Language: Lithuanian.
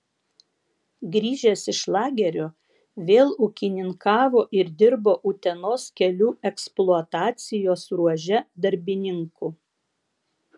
grįžęs iš lagerio vėl ūkininkavo ir dirbo utenos kelių eksploatacijos ruože darbininku